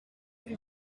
plus